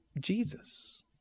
Jesus